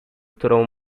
którą